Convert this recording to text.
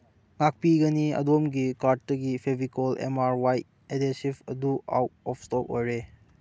ꯉꯥꯛꯄꯤꯒꯅꯤ ꯑꯗꯣꯝꯒꯤ ꯀꯥꯔꯠꯇꯒꯤ Fevicol M R ꯋꯥꯏ ꯑꯦꯗꯦꯁꯤꯞ ꯑꯗꯨ ꯑꯥꯎꯠ ꯑꯣꯐ ꯏꯁꯇꯣꯛ ꯑꯣꯏꯔꯦ